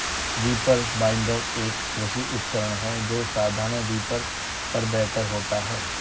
reaper binder, एक कृषि उपकरण है जो साधारण रीपर पर बेहतर होता है